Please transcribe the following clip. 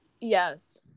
Yes